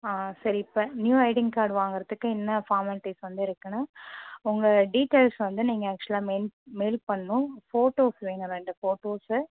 ஆ சரி இப்போ நியூ ஐடின் கார்டு வாங்குறதுக்கு என்ன ஃபார்மாலிட்டிஸ் வந்து இருக்குனா உங்கள் டீட்டெயில்ஸ் வந்து நீங்கள் ஆக்சுவலாக மெயில் மெயில் பண்ணனும் ஃபோட்டோஸ் வேணும் ரெண்டு ஃபோட்டோஸு